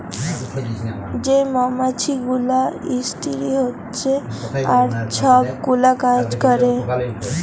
যে মমাছি গুলা ইস্তিরি হছে আর ছব গুলা কাজ ক্যরে